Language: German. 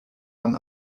man